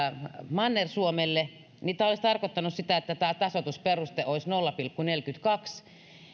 manner suomelle niin tämä olisi tarkoittanut sitä että tämä tasoitusperuste olisi nolla pilkku neljäkymmentäkaksi